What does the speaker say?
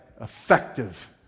Effective